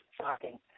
shocking